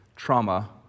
Trauma